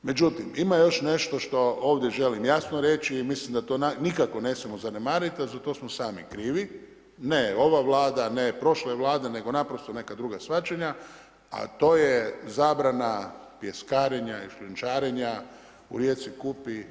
Međutim, ima još nešto što ovdje želim jasno reći i mislim da to nikako ne smijemo zanemariti, a za to smo sami krivi, ne ova vlada, ne prošle vlade, nego nego naprosto neka druga shvaćanja, a to je zabrana pjeskarenja ili šljunčarenja u rijeci Kupi